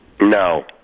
No